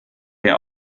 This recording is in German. der